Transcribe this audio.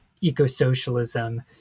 eco-socialism